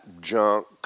junk